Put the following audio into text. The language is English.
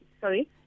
Sorry